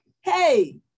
Hey